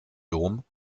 dom